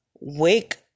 Wake